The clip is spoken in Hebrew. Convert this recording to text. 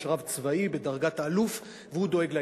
יש רב צבאי בדרגת אלוף והוא דואג לעניין.